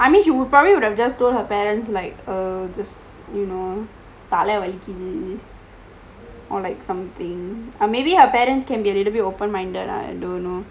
I mean she would probably would have just told her parents like err just you know தலை வலிக்கு:thalai valikku or like something or maybe her parents can be a little bit open minded lah I don't know